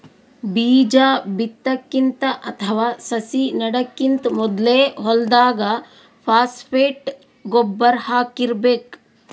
ಬೀಜಾ ಬಿತ್ತಕ್ಕಿಂತ ಅಥವಾ ಸಸಿ ನೆಡಕ್ಕಿಂತ್ ಮೊದ್ಲೇ ಹೊಲ್ದಾಗ ಫಾಸ್ಫೇಟ್ ಗೊಬ್ಬರ್ ಹಾಕಿರ್ಬೇಕ್